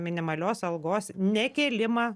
minimalios algos nekėlimą